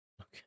Okay